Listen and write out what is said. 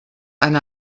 eine